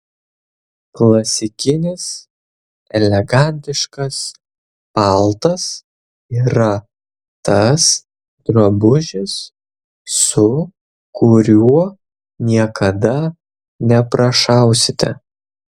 klasikinis elegantiškas paltas yra tas drabužis su kuriuo niekada neprašausite